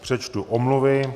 Přečtu omluvy.